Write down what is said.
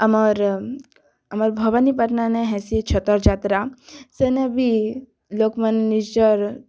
ଆମର୍ ଆମର୍ ଭବାନୀପାଟଣାନେ ହେସି ଛତର୍ ଯାତ୍ରା ସେନେ ବି ଲୋକମାନେ ନିଜର୍